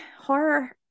horror